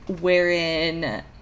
wherein